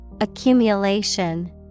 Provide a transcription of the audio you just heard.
Accumulation